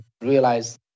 realize